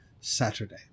Saturday